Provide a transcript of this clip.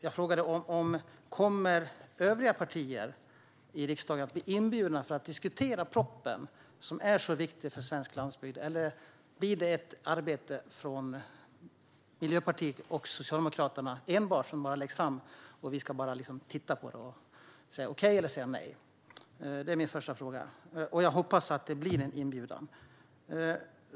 Jag frågade om övriga partier i riksdagen kommer att bli inbjudna för att diskutera propositionen, som är så viktig för svensk landsbygd, eller om detta blir ett arbete enbart från Miljöpartiet och Socialdemokraterna, som bara läggs fram för oss att titta på och säga okej eller nej till. Detta är min första fråga, och jag hoppas att det kommer en inbjudan.